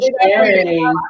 sharing